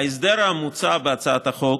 ההסדר המוצע בהצעת חוק